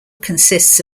consists